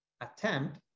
attempt